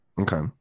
Okay